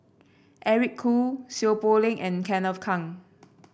Eric Khoo Seow Poh Leng and Kenneth Keng